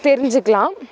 தெரிஞ்சிக்கலாம்